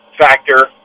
factor